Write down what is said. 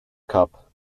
cup